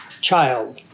child